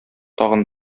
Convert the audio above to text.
тагын